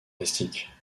plastiques